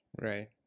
Right